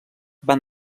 van